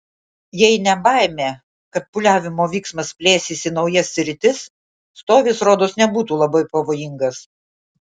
jei ne baimė kad pūliavimo vyksmas plėsis į naujas sritis stovis rodos nebūtų labai pavojingas